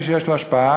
ממי שיש לו השפעה,